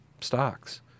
stocks